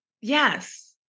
Yes